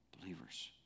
believers